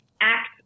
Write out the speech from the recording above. act